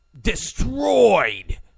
destroyed